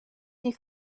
die